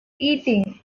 eating